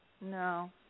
No